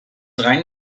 gain